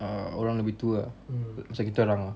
ah orang lebih tua ah macam kita orang ah